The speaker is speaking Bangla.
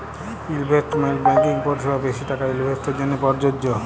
ইলভেস্টমেল্ট ব্যাংকিং পরিসেবা বেশি টাকা ইলভেস্টের জ্যনহে পরযজ্য